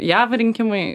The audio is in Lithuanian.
jav rinkimai